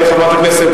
חברת הכנסת,